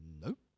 Nope